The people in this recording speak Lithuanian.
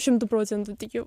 šimtu procentų tikiu